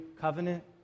Covenant